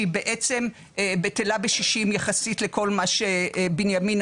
שהיא בעצם בטלה בשישים יחסית לכל מה שבנימינה